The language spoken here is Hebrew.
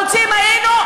חמוצים היינו?